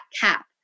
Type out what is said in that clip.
cap